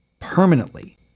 permanently